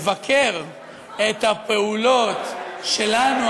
לבקר את הפעולות שלנו,